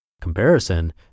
comparison